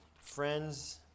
friends